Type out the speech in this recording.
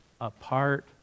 apart